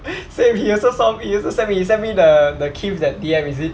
same here he also sa~ he also send me he send me the the keith that D_M is it